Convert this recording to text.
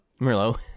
Merlot